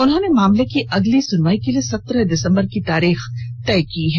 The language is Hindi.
उन्होंने मामले की अगली सुनवाई के लिए सत्रह दिसम्बर की तिथि तय की है